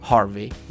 Harvey